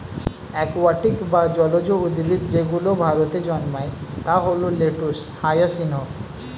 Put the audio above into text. aquatic বা জলজ উদ্ভিদ যেগুলো ভারতে জন্মায় তা হল লেটুস, হায়াসিন্থ